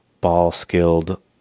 ball-skilled